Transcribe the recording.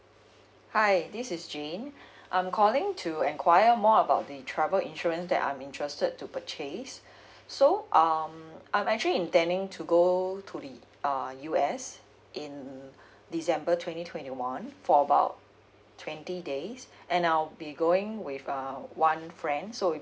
hi this is jane I'm calling to inquire more about the travel insurance that I'm interested to purchase so um I'm actually intending to go to the err U_S in december twenty twenty one for about twenty days and I'll be going with um one friend so it